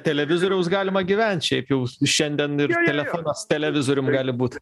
televizoriaus galima gyvent šiaip jau šiandien ir telefonas televizorium gali būt